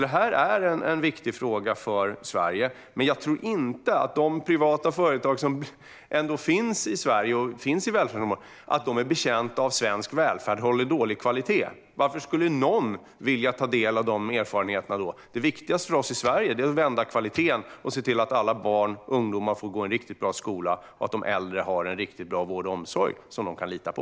Detta är en viktig fråga för Sverige. Men jag tror inte att de privata företag som ändå finns här och som finns inom välfärdsområdet är betjänta av att svensk välfärd håller dålig kvalitet. Varför skulle någon då vilja ta del av deras erfarenheter? Det viktigaste för oss i Sverige är att vända kvaliteten och se till att alla barn och ungdomar får gå i en riktigt bra skola och att de äldre har en riktigt bra vård och omsorg som de kan lita på.